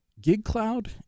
GigCloud